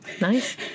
Nice